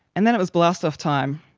and then it was blastoff time.